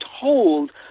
told